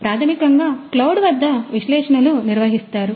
ప్రాథమికంగా క్లౌడ్ వద్ద విశ్లేషణలు నిర్వహిస్తారు